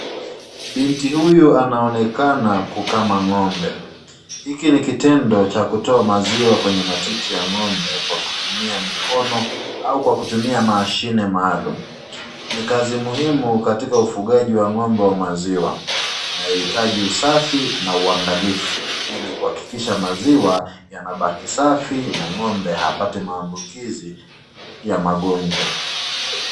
Binti huyu anaonekana kukama ng’ombe. Hiki ni kitendo cha kutoa maziwa kwenye matiti ya ng’ombe kwa kutumia mikono au kwa kutumia mashine maalum. Ni kazi muhimu katika ufugaji wa ng’ombe wa maziwa inayohitaji usafi na uangalifu ili kuhakikisha maziwa yanabaki safi na ng’ombe hapati maambukizi ya magonjwa.